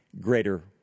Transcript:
greater